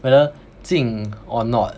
whether 近 or not